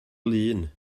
lŷn